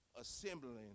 assembling